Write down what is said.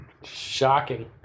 Shocking